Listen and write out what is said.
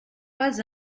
pas